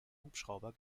hubschrauber